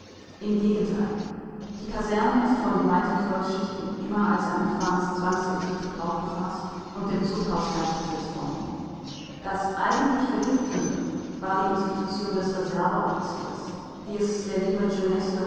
im gegenteil die kaserne ist von weiten volksschichten immer als ein infames zwangsinstitut aufgefaßt und dem zuchthaus gleichgesetzt worden das eigentlich vergiftende war die institution des reserveoffiziers die es der lieben